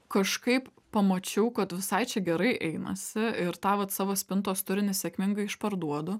kažkaip pamačiau kad visai čia gerai einasi ir tą savo spintos turinį sėkmingai išparduodu